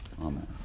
Amen